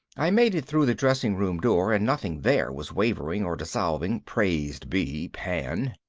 i made it through the dressing room door and nothing there was wavering or dissolving, praised be pan.